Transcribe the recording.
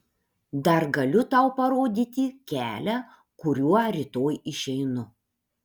dar galiu tau parodyti kelią kuriuo rytoj išeinu